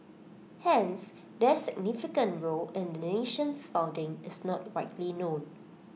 hence their significant role in the nation's founding is not widely known